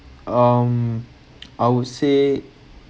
um I would say